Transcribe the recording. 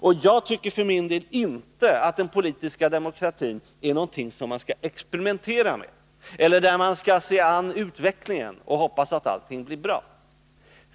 Och jag tycker för min del inte att den politiska demokratin är någonting man skall experimentera med eller att man bör se an utvecklingen och hoppas att allt blir bra.